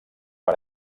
per